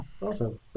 Awesome